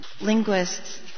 Linguists